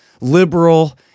liberal